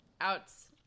outs